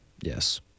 Yes